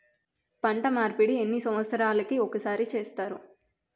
పంట మార్పిడి ఎన్ని సంవత్సరాలకి ఒక్కసారి చేస్తారు?